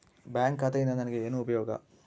Bank ಖಾತೆಯಿಂದ ನನಗೆ ಏನು ಉಪಯೋಗ?